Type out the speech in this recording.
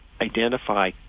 identify